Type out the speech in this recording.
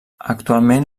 actualment